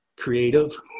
creative